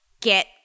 get